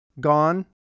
gone